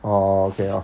orh okay orh